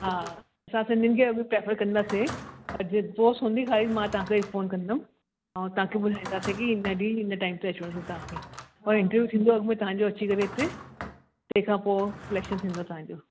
हा असां सिंधियुनि खे बि प्रैफर कंदासीं अॼु जो सुठी हूंदी मां तव्हांखे फ़ोन कंदमि ऐं तव्हांखे ॿुधाईंदासीं की हिन ॾींहुं हिन टाइम ते अचिणो अथव तव्हांखे ऐं इंटरव्यू थींदो अॻु में तव्हांजो अची करे हिते तंहिं खां पोइ सिलैक्शन थींदो तव्हांजो